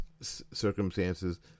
circumstances